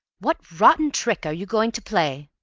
what rotten trick are you going to play?